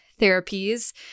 therapies